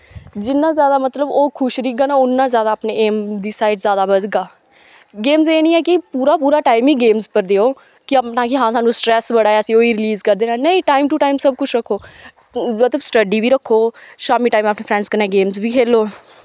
जिन्ना जादा मतलव ओह् खुश रैह्गा ना उन्ना जादा अपने एंम दी साईड़ जादा बधगा गेम एह् नी ऐ कि पूरा पूर टाईम गेमस पर देओ कि हां स्हानू स्टरैस बड़ा ऐ असैं ओह् ई रलीज़ करदे रैह्ना नेंई टाईम टू टाईम सब कुछ रक्खो तो स्टडी बी रक्खो शाम्मी टाईम अपने फ्रैंडस कन्नै गेमस गी खेढो